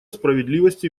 справедливости